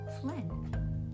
Flynn